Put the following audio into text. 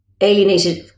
alienated